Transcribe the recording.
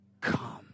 come